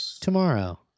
tomorrow